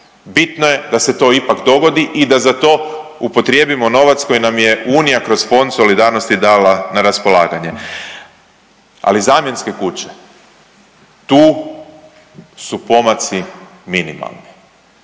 bitno je da se to ipak dogodi i da za to upotrijebimo novac koji nam je unija kroz Fond solidarnosti dala na raspolaganje. Ali zamjenske kuće tu su pomaci minimalni.